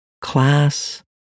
class